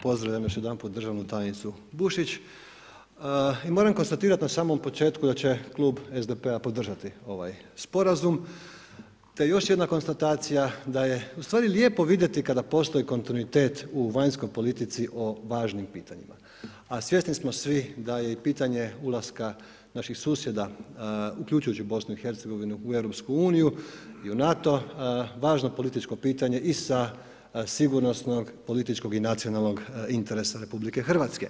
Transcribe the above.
Pozdravljam još jedanput državnu tajnicu Bušić i moram konstatirati na samom početku da će Klub SDP-a podržati ovaj sporazum, te još jedna konstatacija, da je ustvari lijepo vidjeti kada postoji kontinuitet u vanjskoj politici o važnim pitanjima, a svjesni smo svi, da je i pitanje ulaska naših susjeda, uključujući i BIH u EU i u NATO važno političko pitanje i sa sigurnosnog političkog i nacionalnog interesa RH.